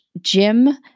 Jim